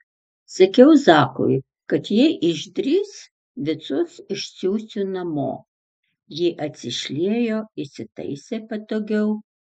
sakiau zakui kad jei išdrįs visus išsiųsiu namo ji atsišliejo įsitaisė patogiau